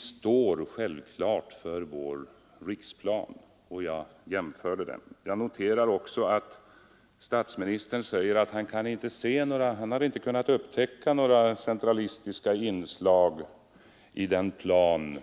Vi står självfallet för vår riksplan, och jag gjorde också jämförelser i anslutning till den. Jag noterade även att statsministern uttalade att han inte kunnat upptäcka några centralistiska inslag i den riksplan